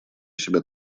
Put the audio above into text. себя